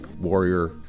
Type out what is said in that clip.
warrior